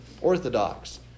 orthodox